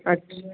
अच्छा